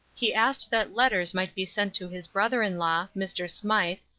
he asked that letters might be sent to his brother-in-law, mr. smythe,